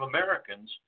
Americans